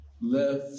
left